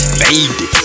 baby